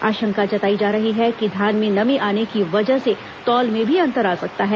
आशंका जताई जा रही है कि धान में नमी आने की वजह से तौल में भी अंतर आ सकता है